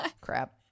crap